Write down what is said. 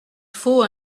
faut